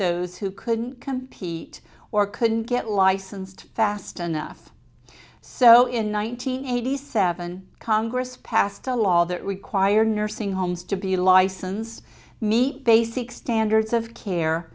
those who couldn't compete or couldn't get licensed fast enough so in one thousand and eighty seven congress passed a law that required nursing homes to be licensed meet basic standards of care